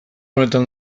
honetan